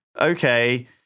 okay